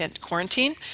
quarantine